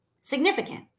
significant